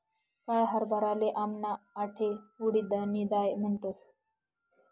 काया हरभराले आमना आठे उडीदनी दाय म्हणतस